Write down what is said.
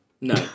no